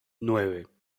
nueve